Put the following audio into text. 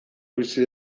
bizi